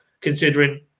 considering